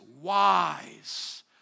wise